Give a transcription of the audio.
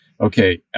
okay